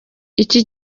iki